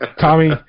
Tommy